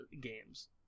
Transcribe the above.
games